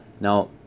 now